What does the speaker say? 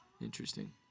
Interesting